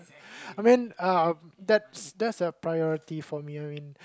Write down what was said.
I mean uh that's that's a priority for me I mean